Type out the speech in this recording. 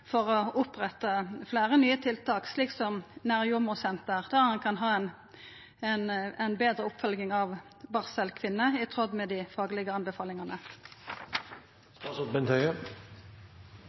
for å oppretta fleire nye tiltak, som nærjordmorsenter, der ein kan ha ei betre oppfølging av barselkvinner, i tråd med dei faglege